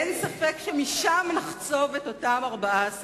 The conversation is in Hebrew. אין ספק שמשם נחצוב את אותם 14 מיליארד.